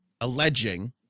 alleging